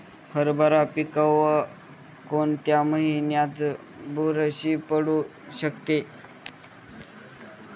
हरभरा पिकावर कोणत्या महिन्यात बुरशी पडू शकते?